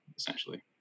Essentially